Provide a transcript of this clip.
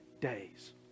days